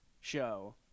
show